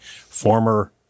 former